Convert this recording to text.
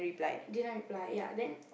didn't reply ya then